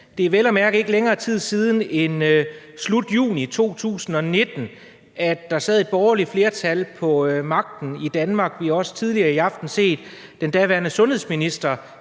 Det er vel at mærke ikke længere tid siden end slutningen af juni 2019, at der sad et borgerligt flertal på magten i Danmark. Vi har også tidligere i aften set den daværende sundhedsminister